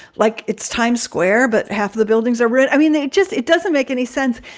like it's times square. but half the buildings are red. i mean, they just it doesn't make any sense,